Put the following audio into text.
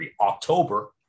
October